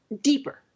deeper